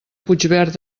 puigverd